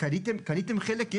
קניתם חלק?